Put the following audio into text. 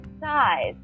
size